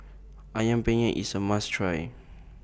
Ayam Penyet IS A must Try